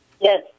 Yes